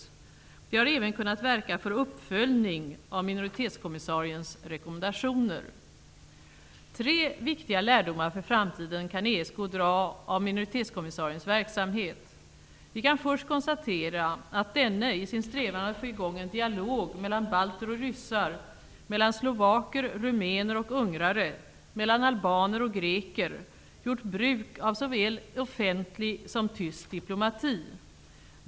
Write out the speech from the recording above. Den har även kunnat verka för uppföljning av minoritetskommissariens rekommendationer. Tre viktiga lärdomar för framtiden kan ESK dra av minoritetskommissariens verksamhet. Vi kan först konstatera att denne, i sin strävan att få i gång en dialog mellan balter och ryssar, mellan slovaker, rumäner och ungrare, mellan albaner och greker, gjort bruk av såväl offentlig som tyst diplomati.